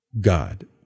God